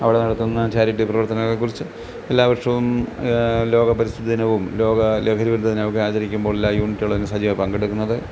അവിടെ നടത്തുന്ന ചാരിറ്റി പ്രവർത്തനങ്ങളെക്കുറിച്ചും എല്ലാവർഷവും ലോക പരിസ്ഥിതി ദിനവും ലോക ലഹരി വിരുദ്ധ ദിനവുമൊക്കെ ആചരിക്കുമ്പോൾ എല്ലാ യൂണിറ്റുകളും സജീവം പങ്കെടുക്കുന്നത്